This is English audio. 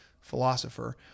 philosopher